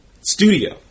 studio